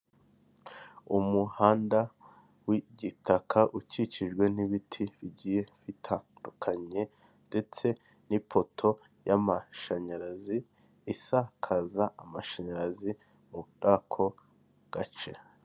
Umuhanda w'igitaka ukikijwe n'ibiti bigiye bitandukanye ndetse n'ipoto y'amashanyarazi, isakaza amashanyarazi muri ako gace.